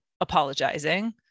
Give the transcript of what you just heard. apologizing